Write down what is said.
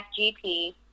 GP